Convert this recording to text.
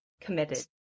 Committed